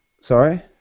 Sorry